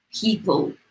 people